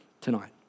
tonight